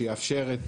שיאפשר את